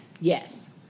yes